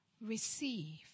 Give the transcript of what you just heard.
receive